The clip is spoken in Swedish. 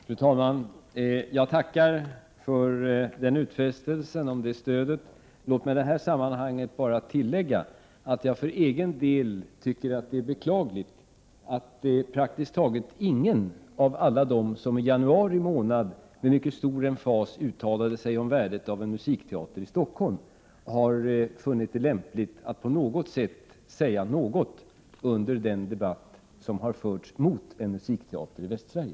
Fru talman! Jag tackar för utfästelsen om stöd. Låt mig i detta sammanhang bara tillägga att jag för egen del tycker att det är beklagligt att praktiskt taget ingen av alla dem som i januari månad med mycket stor emfas uttalade sig om värdet av en musikteater i Stockholm har funnit det lämpligt att på något sätt säga något under den debatt som har förts mot en musikteater i Västsverige.